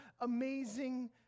amazing